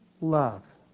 love